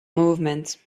movement